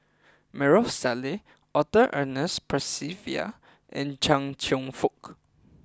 Maarof Salleh Arthur Ernest Percival and Chia Cheong Fook